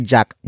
Jack